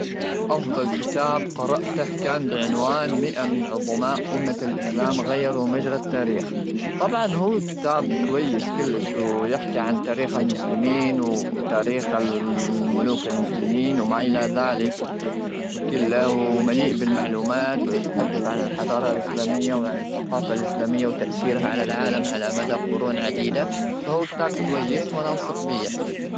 افضل كتاب قراته كان بعنوان مائة من عظماء امه الاسلام غيروا مجرى التاريخ طبعا هو كتاب كويس كلش يحكي عن تاريخ المسلمين وتاريخ الملوك المسلمين وما الى ذلك وكيل له مليء بالمعلومات ويتحدث عن الحضاره الاسلاميه ويعني الثقافه الاسلاميه وتاثيرها على العالم على مدى قرون عديده فهو كتاب كويس وننصح به يعني